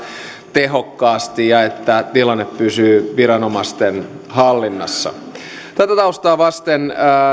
tehokkaasti ja että tilanne pysyy viranomaisten hallinnassa tätä taustaa vasten